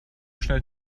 schnell